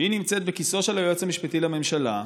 שהיא נמצאת בכיסו של היועץ המשפטי לממשלה,